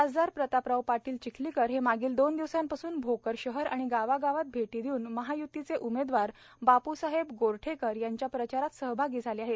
खासदार प्रतापराव पाटील चिखलीकर हे मागील दोन दिवसापासून भोकर शहर आणि गावागावात भेटी देऊन महाय्तीचे उमेदवार बाप्साहेब गोरठेकर यांच्या प्रचारात सहभागी झाले आहेत